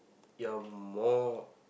you're more